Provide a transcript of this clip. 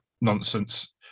nonsense